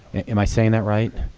am i saying that right?